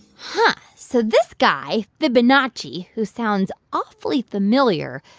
huh. so this guy, fibonacci, who sounds awfully familiar,